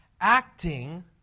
acting